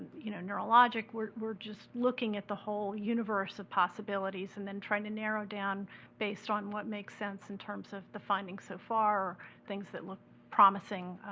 you know neurologic. we're we're just looking at the whole universe of possibilities, and then trying to narrow down based on what makes sense in terms of the finding so far or things that look promising